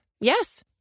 Yes